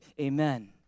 Amen